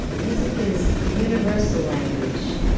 music is the universe language,